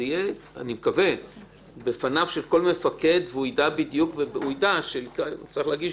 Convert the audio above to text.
זה יהיה בפניו של כל מפקד והוא יידע שהוא צריך להגיש